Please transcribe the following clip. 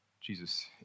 Jesus